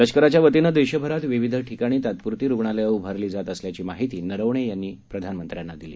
लष्कराच्या वतीनं देशभरात विविध ठिकाणी तात्प्रती रुग्णालयं उभारली जात असल्याची माहिती नरवणे यांनी प्रधानमंत्र्यांना दिली